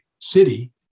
city